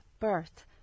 birth